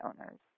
owners